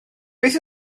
beth